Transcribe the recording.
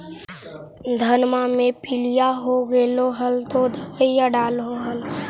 धनमा मे पीलिया हो गेल तो दबैया डालो हल?